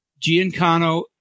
Giancano